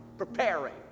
Preparing